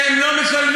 והם לא משלמים,